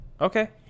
Okay